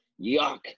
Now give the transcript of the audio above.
yuck